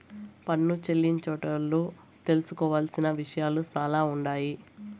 పన్ను చెల్లించేటోళ్లు తెలుసుకోవలసిన విషయాలు సాలా ఉండాయి